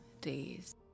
days